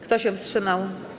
Kto się wstrzymał?